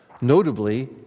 notably